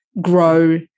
grow